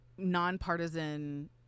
nonpartisan